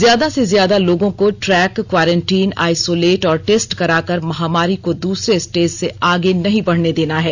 ज्यादा से ज्यादा लोगों को ट्रैक क्वारेंटीन आइसोलेट और टेस्ट कराकर महामारी को दूसरे स्टेज से आगे नहीं बढ़ने देना है